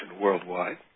worldwide